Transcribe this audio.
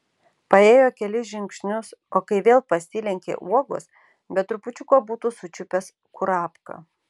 paėjo kelis žingsnius o kai vėl pasilenkė uogos be trupučiuko būtų sučiupęs kurapką